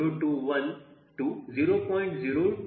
021 0